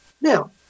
Now